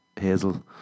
Hazel